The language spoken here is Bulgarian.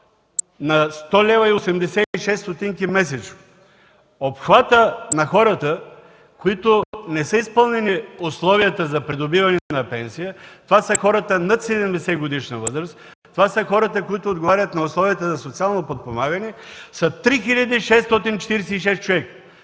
на 100,86 лв. месечно. Обхватът на хората, които не са изпълнили условията за придобиване на пенсия, са над 70-годишна възраст, хората, които отговарят на условията за социално подпомагане, те са 3646 човека.